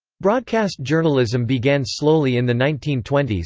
broadcast journalism began slowly in the nineteen twenty s,